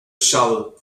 shovel